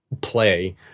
play